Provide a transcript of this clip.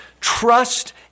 trust